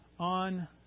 on